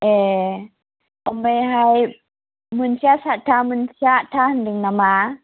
ए ओमफ्रायहाय मोनसेया साटथा मोनसेया आटथा होन्दों नामा